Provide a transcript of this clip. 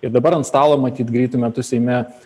ir dabar ant stalo matyt greitu metu seime